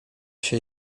się